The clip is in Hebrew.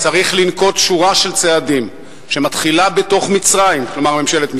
היתה עלייה בכל הקבוצות שמשתתפות במבחני הבגרות.